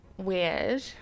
Weird